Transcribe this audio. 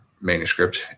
manuscript